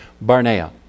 Barnea